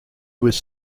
was